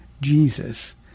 Jesus